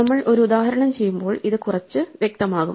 നമ്മൾ ഒരു ഉദാഹരണം ചെയ്യുമ്പോൾ ഇത് കുറച്ച് വ്യക്തമാകും